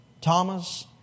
Thomas